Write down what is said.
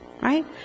Right